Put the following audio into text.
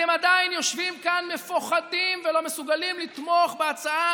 אתם עדיין יושבים כאן מפוחדים ולא מסוגלים לתמוך בהצעה